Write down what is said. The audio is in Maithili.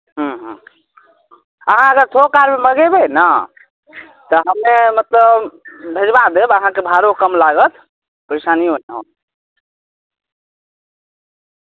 दुनिऑंमे सबसे फेमस जगह छै विश्वविद्यालय छै नम्बर वन पर हूँ तब की घूमे बला फर्स्ट क्लास जगह छै वहाँ कहु तऽ उहौ घुमा लिअ अहाँ घुमि लिअ